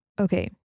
okay